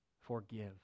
forgive